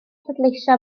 pleidleisio